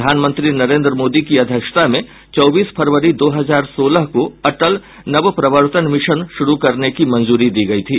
प्रधानमंत्री नरेन्द्र मोदी की अध्यक्षता में चौबीस फरवरी दो हजार सोलह को अटल नवप्रवर्तन मिशन शुरू करने की मंजूरी दी गई थी